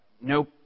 no